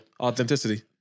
authenticity